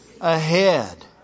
ahead